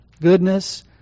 goodness